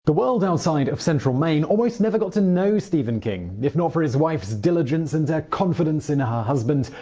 the world outside of central maine almost never got to know stephen king. if not for his wife's diligence and her confidence in her husband,